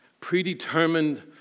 predetermined